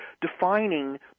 defining